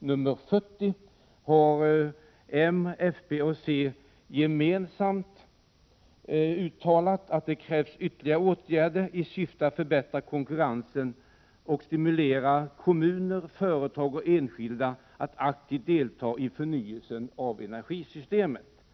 nr 40, har m, fp och c gemensamt uttalat att det krävs ytterligare åtgärder i syfte att förbättra konkurrensen och stimulera kommuner, företag och enskilda att aktivt delta i förnyelsen av energisystemet.